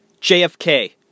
JFK